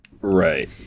right